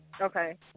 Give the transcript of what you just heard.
Okay